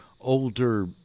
older